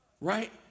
Right